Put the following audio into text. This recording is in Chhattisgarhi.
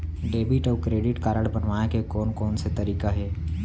डेबिट अऊ क्रेडिट कारड बनवाए के कोन कोन से तरीका हे?